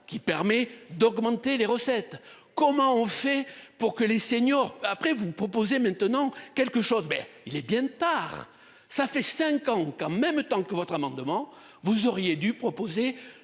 qui permet d'augmenter les recettes. Comment on fait pour que les seniors après vous proposez maintenant quelque chose mais il est bien tard. Ça fait 5 ans qu'en même temps que votre amendement. Vous auriez dû proposer